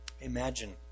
Imagine